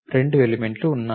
2 ఎలిమెంట్లు ఉన్నాయి